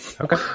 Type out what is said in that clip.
Okay